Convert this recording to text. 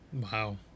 Wow